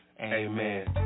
Amen